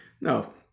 No